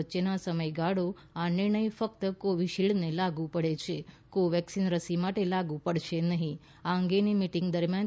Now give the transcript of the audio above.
વચ્યેનો સમયગાળો આ નિર્ણય ફક્ત કોવિશિલ્ડને લાગુ પડે છે કોવેક્સિન રસી માટે લાગુ પડશે નહીં આ અંગેની મીટીંગ દરમ્યાન